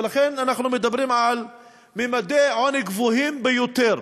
ולכן אנחנו מדברים על ממדי עוני גבוהים ביותר.